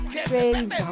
strange